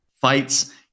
fights